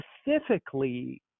specifically